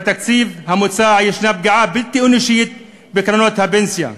בתקציב המוצע ישנה פגיעה בלתי אנושית בקרנות הפנסיה.